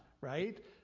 right